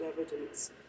evidence